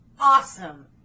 awesome